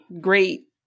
great